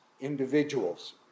individuals